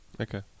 Okay